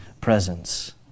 presence